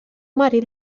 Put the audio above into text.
marit